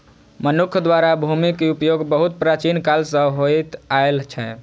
मनुक्ख द्वारा भूमिक उपयोग बहुत प्राचीन काल सं होइत आयल छै